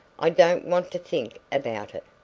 i don't want to think about it!